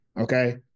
okay